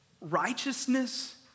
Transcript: Righteousness